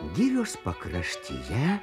girios pakraštyje